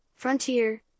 Frontier